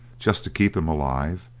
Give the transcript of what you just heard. just to keep him alive,